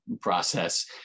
process